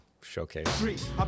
Showcase